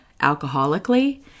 alcoholically